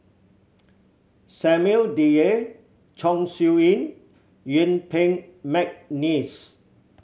Samuel Dyer Chong Siew Ying Yuen Peng McNeice